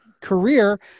career